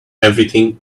everything